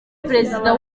perezida